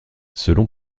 selon